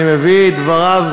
אני מביא את דבריו,